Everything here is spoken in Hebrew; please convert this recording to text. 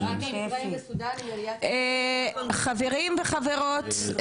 חברים וחברות,